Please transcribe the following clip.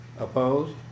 Opposed